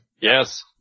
Yes